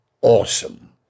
awesome